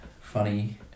funny